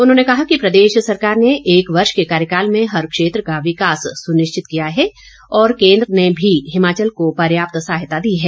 उन्होंने कहा कि प्रदेश सरकार ने एक वर्ष के कार्यकाल में हर क्षेत्र का विकास सुनिश्चित किया है और केन्द्र सरकार ने भी हिमाचल को पर्याप्त सहायता दी है